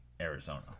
Arizona